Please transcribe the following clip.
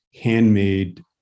handmade